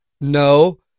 no